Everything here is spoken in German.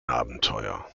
abenteuer